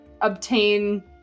obtain